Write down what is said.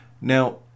Now